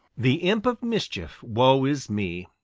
the imp of mischief, woe is me,